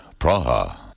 Praha